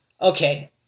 okay